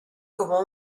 como